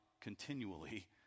continually